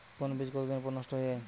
কোন বীজ কতদিন পর নষ্ট হয়ে য়ায়?